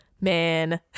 Man